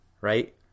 right